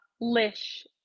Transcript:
Lish